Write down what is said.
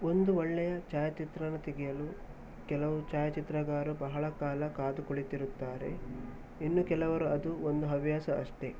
ಒಂದು ಒಳ್ಳೆಯ ಛಾಯಾಚಿತ್ರನ ತೆಗೆಯಲು ಕೆಲವು ಛಾಯಾಚಿತ್ರಗಾರು ಬಹಳ ಕಾಲ ಕಾದು ಕುಳಿತಿರುತ್ತಾರೆ ಇನ್ನು ಕೆಲವರು ಅದು ಒಂದು ಹವ್ಯಾಸ ಅಷ್ಟೆ